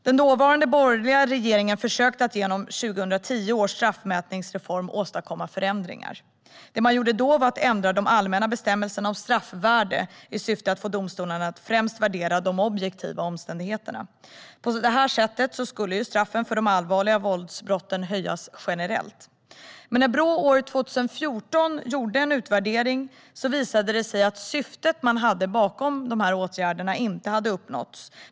Den dåvarande borgerliga regeringen försökte genom 2010 års straffmätningsreform att åstadkomma förändringar. Det man gjorde var att ändra de allmänna bestämmelserna om straffvärde i syfte att få domstolarna att främst värdera de objektiva omständigheterna. På så sätt skulle straffen för allvarliga våldsbrott höjas generellt. Men när Brå 2014 gjorde en utvärdering visade det sig att syftet med åtgärderna inte hade uppnåtts.